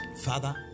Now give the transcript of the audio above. Father